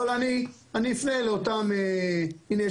אבל אני אפנה הנה,